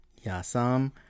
Yasam